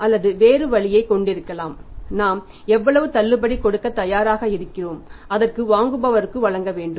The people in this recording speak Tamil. அல்லது வேறு வழியைக் கொண்டிருக்கலாம் நாம் எவ்வளவு தள்ளுபடி கொடுக்க தயாராக இருக்கிறோம் அதற்கு வாங்குபவர்களுக்கு வழங்க வேண்டும்